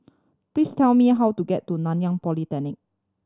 please tell me how to get to Nanyang Polytechnic